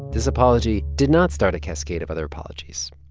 this apology did not start a cascade of other apologies.